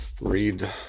read